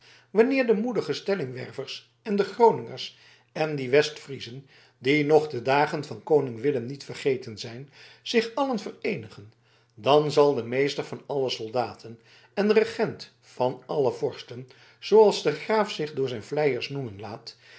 wanneer de moedige stellingwervers en de groningers en die westfriezen die nog de dagen van koning willem niet vergeten zijn zich allen vereenigen dan zal de meester van alle soldaten en regent van alle vorsten zooals de graaf zich door zijn vleiers noemen laat